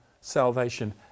salvation